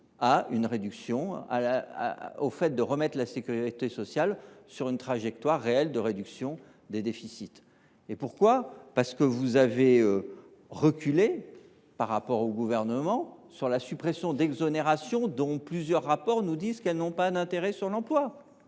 Sénat n’aura pas permis de remettre la sécurité sociale sur une trajectoire réelle de réduction des déficits. Pourquoi ? Parce que vous avez reculé par rapport au Gouvernement sur la suppression d’exonérations, dont plusieurs rapports nous disent qu’elles n’ont pas d’effet sur l’emploi.